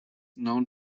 known